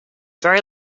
very